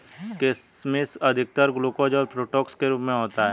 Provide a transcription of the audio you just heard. किशमिश अधिकतर ग्लूकोस और फ़्रूक्टोस के रूप में होता है